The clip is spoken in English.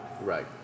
Right